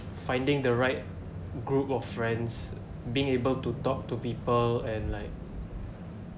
finding the right group of friends being able to talk to people and like